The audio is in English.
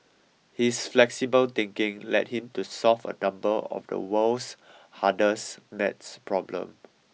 his flexible thinking led him to solve a number of the world's hardest maths problem